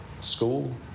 school